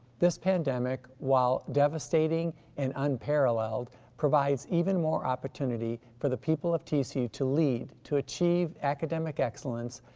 this pandemic, while devastating and unparalleled, provides even more opportunity for the people of tcu to lead, to achieve academic excellence,